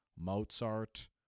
Mozart